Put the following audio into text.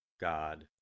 God